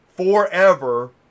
Forever